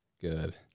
Good